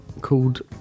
called